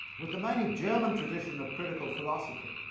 with the mainly german tradition of critical philosophy,